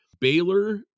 baylor